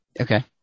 Okay